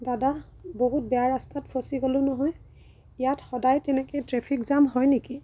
দাদা বহুত বেয়া ৰাস্তাত ফঁচি গ'লো নহয় ইয়াত সদায় তেনেকৈ ট্ৰেফিক জাম হয় নেকি